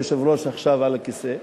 היושב-ראש שעכשיו על הכיסא,